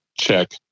Check